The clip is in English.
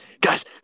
guys